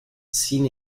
sin